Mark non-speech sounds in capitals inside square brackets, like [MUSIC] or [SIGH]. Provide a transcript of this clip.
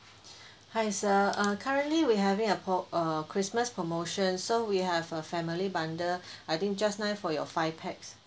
hi sir uh currently we having a po~ err christmas promotion so we have a family bundle [BREATH] I think just nice for your five pax